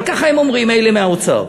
אבל ככה הם אומרים אלה מהאוצר,